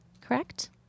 correct